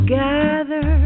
gather